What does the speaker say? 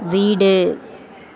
வீடு